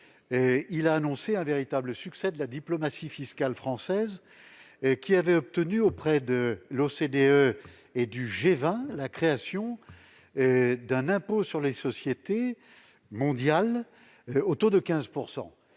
a annoncé un véritable succès de la diplomatie fiscale française, laquelle aurait obtenu de l'OCDE et du G20 la création d'un impôt sur les sociétés mondiales au taux de 15 %.